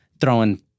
throwing